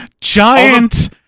Giant